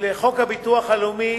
ולפי חוק הביטוח הלאומי